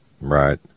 Right